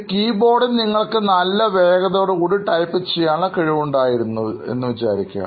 ഒരു കീ ബോർഡിൽ നിങ്ങൾക്ക് നല്ല വേഗതയോടെ കൂടി ടൈപ്പ് ചെയ്യാനുള്ള കഴിവുണ്ടായിരുന്നു വിചാരിക്കുക